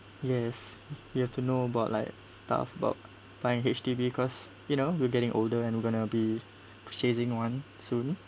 yes you have to know about like stuff about find H_D_B because you know we're getting older and we're gonna be purchasing one soon